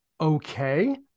Okay